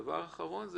דבר אחרון,